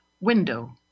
window